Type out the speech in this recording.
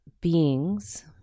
beings